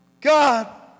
God